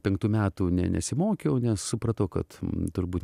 penktų metų ne nesimokiau nes supratau kad turbūt